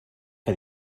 que